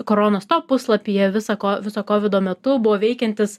korona stop puslapyje visa ko viso kovido metu buvo veikiantis